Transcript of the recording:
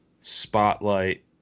spotlight